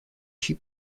she